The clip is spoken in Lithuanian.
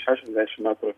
šešiasdešimt metrų